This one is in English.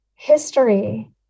History